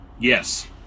Yes